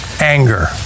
anger